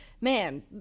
man